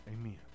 amen